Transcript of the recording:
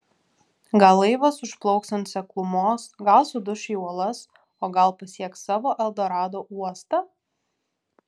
gal laivas užplauks ant seklumos gal suduš į uolas o gal pasieks savo eldorado uostą